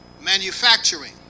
manufacturing